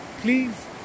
Please